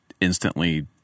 instantly